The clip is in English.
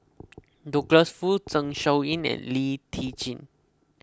Douglas Foo Zeng Shouyin and Lee Tjin